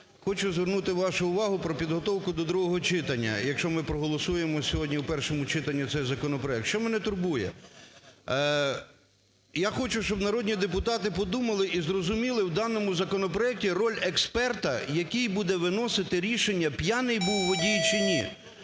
хочу звернути вашу увагу про підготовку до другого читання, якщо ми проголосуємо сьогодні в першому читанні цей законопроект. Що мене турбує? Я хочу, щоб народні депутати подумали і зрозуміли в даному законопроекті роль експерта, який буде виносити рішення: п'яний був водій чи ні.